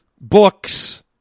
books